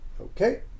Okay